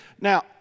now